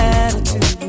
attitude